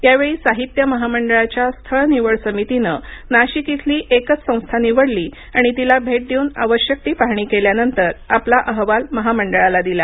यावेळी साहित्य महामंडळाच्या स्थळनिवड समितीनं नाशिक येथील एकच संस्था निवडली आणि तिला भेट देऊन आवश्यक ती पाहणी केल्यानंतर आपला अहवाल महामंडळाला दिला